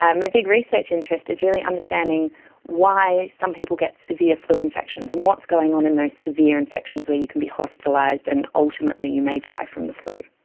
and my big research interest is really understanding why some people get severe flu infections and what's going on in those severe infections where you can be hospitalised and ultimately you may die from the flu.